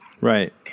Right